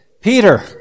Peter